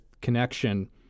connection